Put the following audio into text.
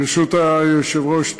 ברשות היושב-ראש,